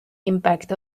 impact